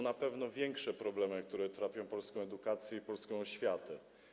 Na pewno są większe problemy, które trapią polską edukację i oświatę.